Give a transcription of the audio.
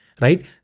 Right